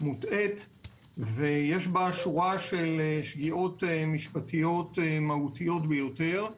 מוטעית ויש בה שורה של שגיאות משפטיות מהותיות ביותר.